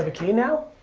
ah key now?